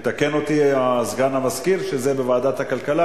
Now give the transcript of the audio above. מתקן אותי סגן המזכיר שזה בוועדת הכלכלה,